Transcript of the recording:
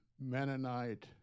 Mennonite